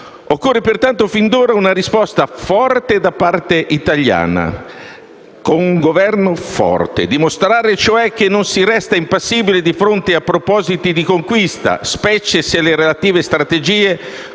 Occorre pertanto, fin d'ora, dare una risposta forte da parte italiana, con un Governo forte, e dimostrare che non si resta impassibili di fronte a propositi di conquista, specie se, come avvenuto nel